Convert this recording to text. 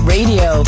Radio